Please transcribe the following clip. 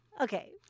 Okay